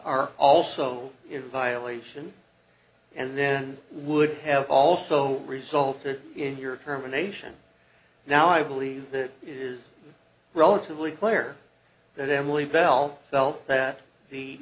are also in violation and then would have also resulted in your terminations now i believe that is relatively clear that emily bell felt that the